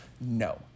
no